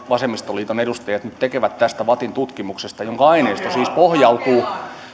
vasemmistoliiton edustajat nyt tekevät johtopäätökset tästä vattin tutkimuksesta jonka aineisto siis pohjautuu